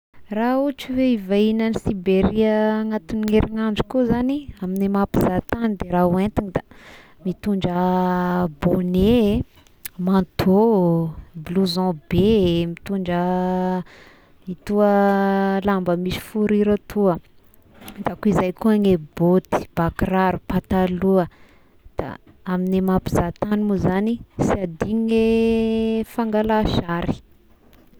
Raha ohatry hoe hivahigny any Siberia anatign'ny herinandro koa izagny, amin'ny maha mpizaha tagny de raha hoentina da mitondra bonnet eh manteau, blousson be, mitondra itoa lamba misy fourure atoà, da koa izay koa ny bôty, ba-kiraro, pataloha, da amin'ny maha mpizahatany moa izagny sy adigno ny fangala sary.